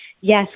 yes